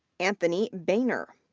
anthony boener,